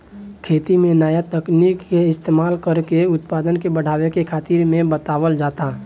खेती में नया तकनीक के इस्तमाल कर के उत्पदान के बढ़ावे के बारे में बतावल जाता